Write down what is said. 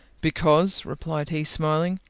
because, replied he, smiling,